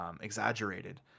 exaggerated